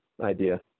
idea